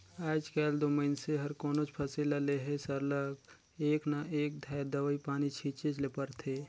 आएज काएल दो मइनसे हर कोनोच फसिल ल लेहे सरलग एक न एक धाएर दवई पानी छींचेच ले परथे